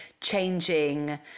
changing